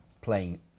playing